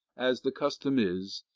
as the custom is,